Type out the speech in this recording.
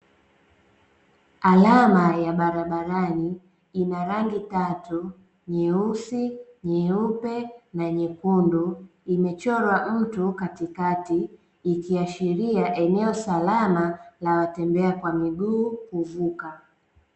Alama ya barabarani ina rangi tatu: nyeusi, nyeupe na nyekundu. Imechorwa mtu katikati, ikiashiria eneo salama la watembea kwa miguu kuvuka.